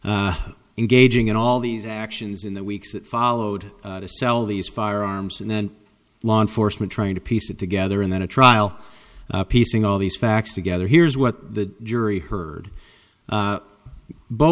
engaging in all these actions in the weeks that followed to sell these firearms and then law enforcement trying to piece it together and then a trial piecing all these facts together here's what the jury heard